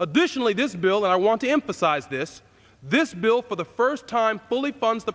additionally this bill and i want to emphasize this this bill for the first time fully funds t